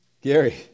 Gary